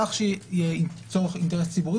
צריך שיהיה אינטרס ציבורי.